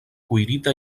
kuirita